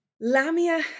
Lamia